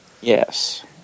Yes